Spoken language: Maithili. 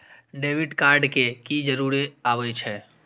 डेबिट कार्ड के की जरूर आवे छै?